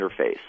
interface